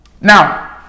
now